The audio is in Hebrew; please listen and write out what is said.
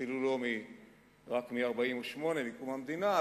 אפילו לא רק ב-48', בקום המדינה.